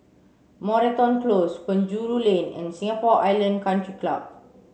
Moreton Close Penjuru Lane and Singapore Island Country Club